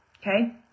Okay